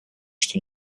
что